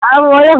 আর বলো